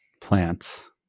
plants